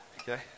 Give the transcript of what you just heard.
Okay